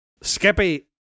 Skippy